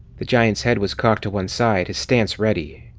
the giant's head was cocked to one side, his stance ready.